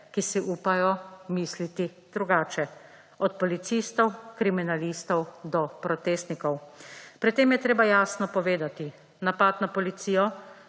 ki si upajo misliti drugače, od policistov, kriminalistov do protestnikov. Pri tem je treba jasno povedati, napad na policijo,